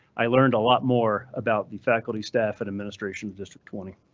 i learned a lot more about the faculty, staff, and administration of district twenty.